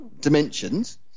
dimensions